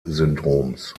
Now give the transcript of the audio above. syndroms